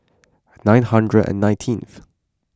nine hundred and nineteenth